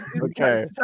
Okay